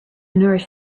nourish